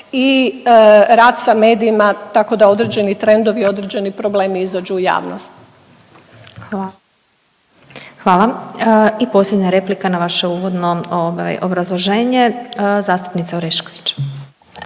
i rad sa medijima, tako da određeni trendovi, određeni problemi izađu u javnost. Hvala. **Glasovac, Sabina (SDP)** Hvala. I posljednja replika na vaše uvodno obrazloženje, zastupnica Orešković.